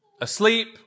asleep